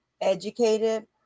educated